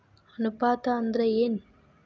ಅನುಪಾತ ಅಂದ್ರ ಏನ್?